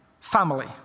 Family